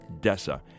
Dessa